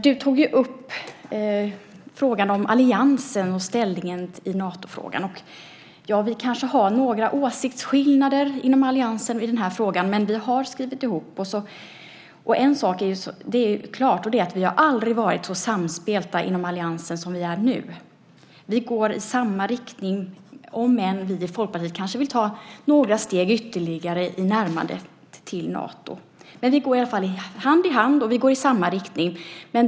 Du tog upp frågan om alliansen och ställningen i Natofrågan. Ja, vi kanske har några åsiktsskillnader inom alliansen i den här frågan, men vi har skrivit ihop oss. En sak är klar, och det är att vi aldrig har varit så samspelta inom alliansen som vi är nu. Vi går i samma riktning, om än vi i Folkpartiet kanske vill ta några steg ytterligare i närmandet till Nato. Men vi går i alla fall hand i hand, och vi går i samma riktning.